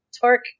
Torque